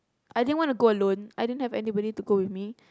I didn't want to go alone I didn't have anybody to go with me